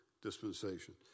dispensation